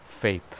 faith